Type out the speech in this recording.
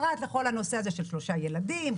פרט לכל הנושא של שלושה ילדים,